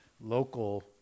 local